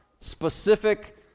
specific